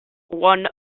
one